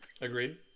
Agreed